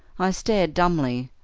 i stared dumbly,